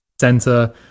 center